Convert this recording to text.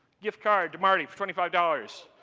gift card to marty for twenty five dollars.